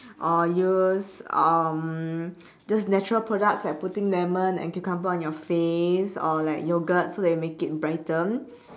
or use just natural products like putting lemon and cucumber on your face or like yogurt so that it will make it brighter